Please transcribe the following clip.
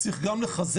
צריך גם לחזק,